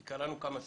כי קראנו כמה סעיפים.